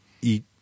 eat